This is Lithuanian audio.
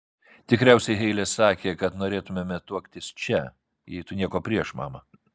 tikriausiai heile sakė kad norėtumėme tuoktis čia jei tu nieko prieš mama